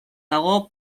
dago